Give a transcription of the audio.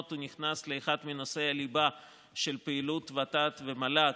נכנס לאחד מנושאי הליבה של פעילות ות"ת ומל"ג,